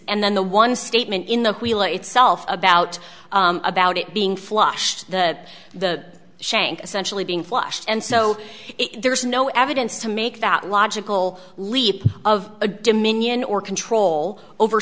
and then the one statement in the wheel itself about about it being flushed the the shank essentially being flushed and so there's no evidence to make that logical leap of a dominion or control over